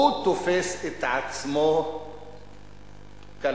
הוא תופס את עצמו כלוביסט